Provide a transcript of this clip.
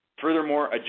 Furthermore